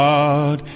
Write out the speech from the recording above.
God